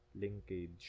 linkage